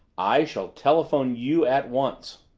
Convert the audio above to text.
i shall telephone you at once.